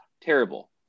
terrible